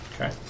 Okay